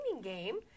game